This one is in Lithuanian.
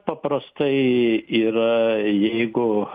paprastai yra jeigu